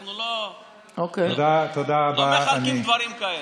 אנחנו לא מחלקים דברים כאלה.